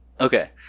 Okay